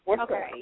Okay